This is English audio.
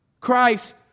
Christ